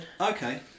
Okay